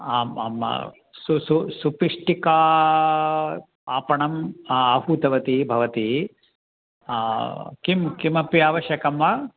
आम् आम् सु सु सुपिष्टिका आपणम् आहूतवती भवती किं किमपि आवश्यकं वा